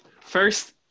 first